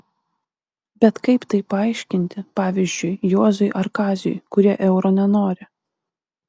bet kaip tai paaiškinti pavyzdžiui juozui ar kaziui kurie euro nenori